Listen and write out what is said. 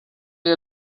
you